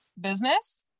business